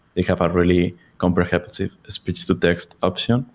they have a really comprehensive speech to text option.